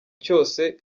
cyose